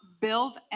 build